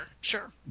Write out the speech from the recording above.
sure